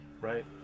right